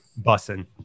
bussing